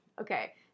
Okay